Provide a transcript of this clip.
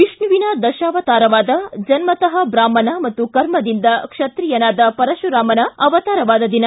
ವಿಷ್ಣುವಿನ ದಶಾವತಾರವಾದ ಜನ್ನತಃ ಬ್ರಾಹ್ಮಣ ಹಾಗೂ ಕರ್ಮದಿಂದ ಕ್ಷತ್ರೀಯನಾದ ಪರಶುರಾಮನ ಅವತಾರವಾದ ದಿನ